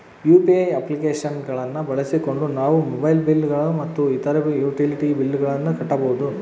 UPI application ಗಳನ್ನ ಬಳಸಿಕೊಂಡು ನಾವು ಮೊಬೈಲ್ ಬಿಲ್ ಗಳು ಮತ್ತು ಇತರ ಯುಟಿಲಿಟಿ ಬಿಲ್ ಗಳನ್ನ ಕಟ್ಟಬಹುದು